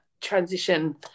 transition